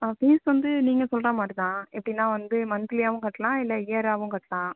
fees வந்து நீங்கள் சொல்கிற மாதிரி தான் எப்படினா வந்து மந்த்லியாகவும் கட்டலாம் இல்லை இயராகவும் கட்டலாம்